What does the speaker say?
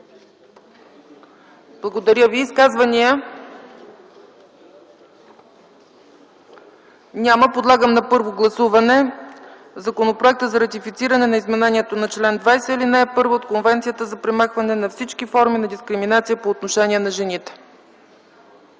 Благодаря Ви. Изказвания? Няма. Подлагам на първо гласуване Законопроекта за ратифициране на Изменението на чл. 20, ал. 1 от Конвенцията за премахване на всички форми на дискриминация по отношение на жените.